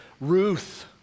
Ruth